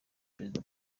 perezida